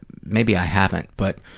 maybe i haven't, but,